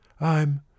I'm